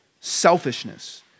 selfishness